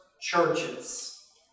churches